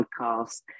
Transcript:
podcast